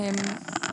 בבקשה.